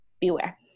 beware